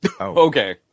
Okay